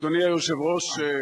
אדוני היושב-ראש,